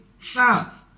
Stop